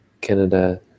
Canada